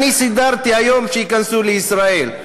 אני סידרתי היום שייכנסו לישראל.